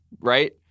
right